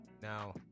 Now